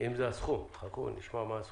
אם זה הסכום, נשמע מה הסכום,